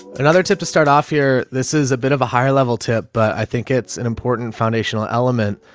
another tip to start off here. this is a bit of a higher level tip, but i think it's an important foundational element.